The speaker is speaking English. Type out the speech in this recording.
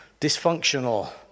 dysfunctional